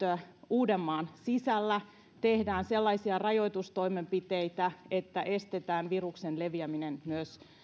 uudenmaan sisällä tehdään sellaisia rajoitustoimenpiteitä että estetään viruksen leviäminen myös